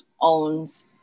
owns